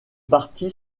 parti